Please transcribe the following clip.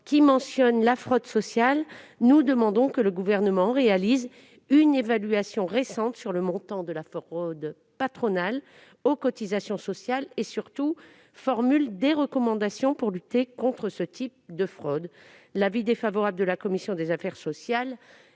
qui mentionne la fraude sociale, nous demandons que le Gouvernement réalise une évaluation récente sur le montant de la fraude patronale aux cotisations sociales et, surtout, formule des recommandations pour lutter contre ce type de fraude. L'avis défavorable de la commission des affaires sociales